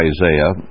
Isaiah